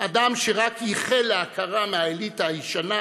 אדם שרק ייחל להכרה מהאליטה הישנה,